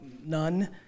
None